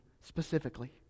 specifically